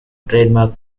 trademark